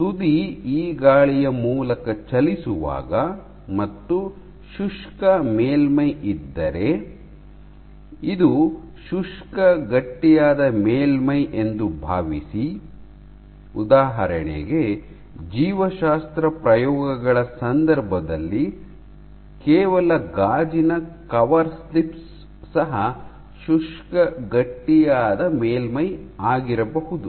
ತುದಿ ಈ ಗಾಳಿಯ ಮೂಲಕ ಚಲಿಸುವಾಗ ಮತ್ತು ಶುಷ್ಕ ಮೇಲ್ಮೈ ಇದ್ದರೆ ಇದು ಶುಷ್ಕ ಗಟ್ಟಿಯಾದ ಮೇಲ್ಮೈ ಎಂದು ಭಾವಿಸಿ ಉದಾಹರಣೆಗೆ ಜೀವಶಾಸ್ತ್ರ ಪ್ರಯೋಗಗಳ ಸಂದರ್ಭದಲ್ಲಿ ಕೇವಲ ಗಾಜಿನ ಕವರ್ಸ್ಲಿಪ್ಸ್ ಸಹ ಶುಷ್ಕ ಗಟ್ಟಿಯಾದ ಮೇಲ್ಮೈ ಆಗಿರಬಹುದು